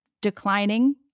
declining